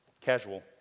Casual